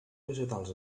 vegetals